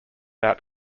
out